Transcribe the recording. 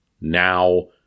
now